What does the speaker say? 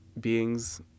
beings